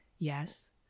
Yes